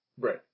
Right